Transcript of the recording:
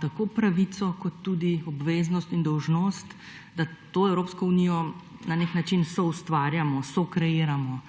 tako pravico kot tudi obveznost in dolžnost, da Evropsko unijo na nek način soustvarjamo, sokreiramo.